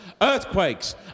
Earthquakes